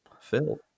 Phil